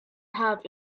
have